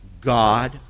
God